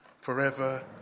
forever